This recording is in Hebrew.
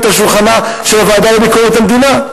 על שולחנה של הוועדה לביקורת המדינה.